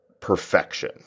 perfection